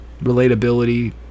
relatability